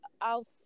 out